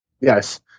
Yes